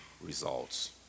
results